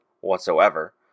whatsoever